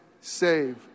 save